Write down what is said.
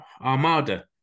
Armada